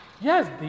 Yes